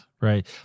Right